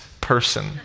person